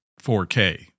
4K